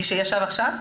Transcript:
מי שישב עכשיו?